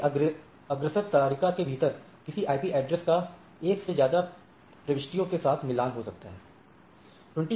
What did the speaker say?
जैसे कि अग्रसर तारिका के भीतर किसी आईपी ऐड्रेस का एक से ज्यादा प्रविष्टियों के साथ मिलान हो सकता हैं